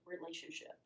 relationship